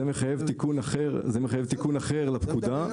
זה מחייב תיקון אחר לפקודה.